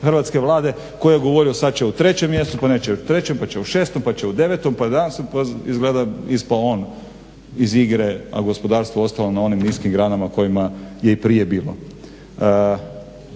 hrvatske Vlade koji je govorio sad će u trećem mjesecu, pa neće u trećem, pa će u šestom, pa će u devetom, pa danas. Pa izgleda ispao on iz igre, a gospodarstvo ostalo na onim niskim granama na kojima je i prije bilo.